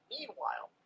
Meanwhile